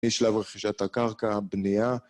יש להם רכישת הקרקע, בנייה.